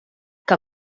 que